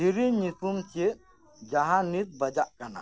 ᱥᱮᱨᱮᱧ ᱧᱩᱛᱩᱢ ᱪᱮᱫ ᱡᱟᱦᱟᱸ ᱱᱤᱛᱳᱜ ᱵᱟᱡᱟᱜ ᱠᱟᱱᱟ